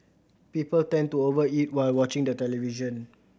people tend to over eat while watching the television